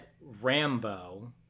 Rambo